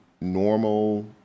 normal